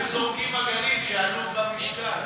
היו זורקים עגלים שעלו במשקל.